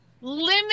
limit